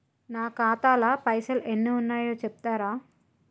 నా ఖాతా లా పైసల్ ఎన్ని ఉన్నాయో చెప్తరా?